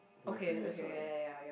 okay okay ya ya ya yup